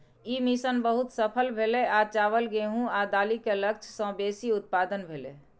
ई mission बहुत सफल भेलै आ चावल, गेहूं आ दालि के लक्ष्य सं बेसी उत्पादन भेलै